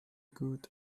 gut